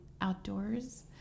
outdoors